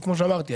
כמו שאמרתי,